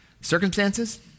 Circumstances